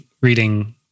reading